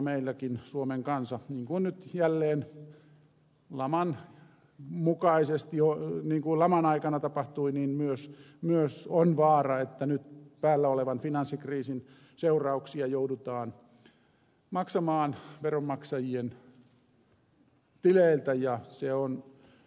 meilläkin suomen kansalla nyt on vaara kuten laman aikana tapahtui niin myös myös on vaara että päällä olevan finanssikriisin seurauksia joudutaan maksamaan veronmaksajien tileiltä